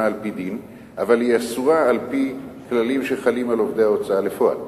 על-פי דין אבל היא אסורה על-פי כללים שחלים על עובדי ההוצאה לפועל?